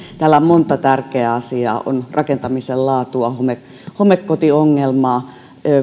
täällä on monta tärkeää asiaa on rakentamisen laatua homekotiongelmaa ja